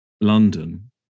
London